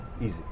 Easy